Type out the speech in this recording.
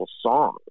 song